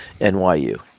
NYU